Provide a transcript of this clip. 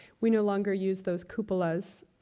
we no longer use those cupolas